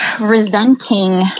resenting